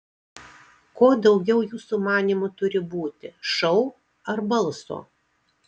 ko daugiau jūsų manymu turi būti šou ar balso